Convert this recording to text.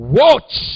watch